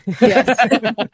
Yes